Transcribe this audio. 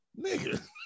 Nigga